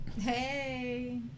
Hey